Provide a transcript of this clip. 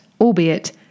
albeit